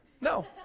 No